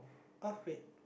oh wait